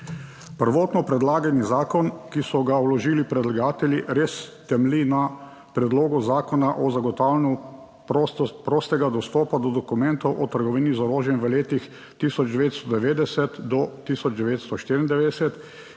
Prvotno predlagani zakon, ki so ga vložili predlagatelji, res temelji na predlogu zakona o zagotavljanju prostega dostopa do dokumentov o trgovini z orožjem v letih 1990 do 1994,